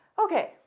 okay